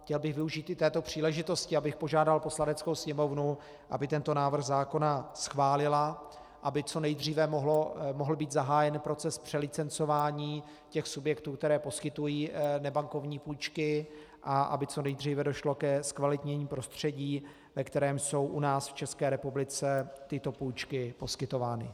Chtěl bych využít i této příležitosti, abych požádal Poslaneckou sněmovnu, aby tento návrh zákona schválila, aby co nejdříve mohl být zahájen proces přelicencování těch subjektů, které poskytují nebankovní půjčky, a aby co nejdříve došlo ke zkvalitnění prostředí, ve kterém jsou u nás v České republice tyto půjčky poskytovány.